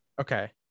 Okay